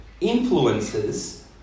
influences